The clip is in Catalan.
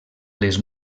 les